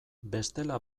bestela